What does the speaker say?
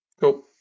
Cool